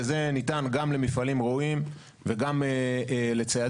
וזה ניתן גם למפעלים ראויים וגם לציידים,